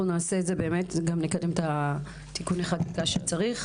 אנחנו נעשה את זה באמת וגם נקדם את תיקוני החקיקה שצריך,